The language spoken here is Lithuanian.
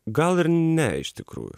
gal ir ne iš tikrųjų